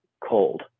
cold